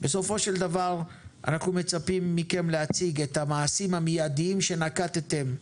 בסופו של דבר אנחנו מצפים מכם להציג את המעשים המידיים שנקטתם בהיערכות,